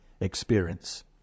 experience